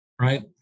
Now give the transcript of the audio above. right